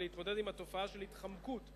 ולהתמודד עם התופעה של התחמקות מתשלום האגרה.